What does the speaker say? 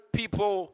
people